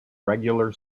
regular